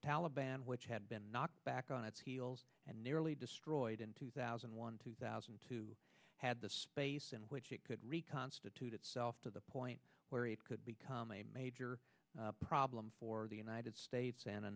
taliban which had been knocked back on its heels and nearly destroyed in two thousand and one two thousand and two had the space in which it could reconstitute itself to the point where it could become a major problem for the united states and a